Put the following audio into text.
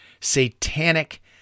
satanic